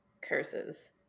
Curses